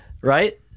right